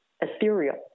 ethereal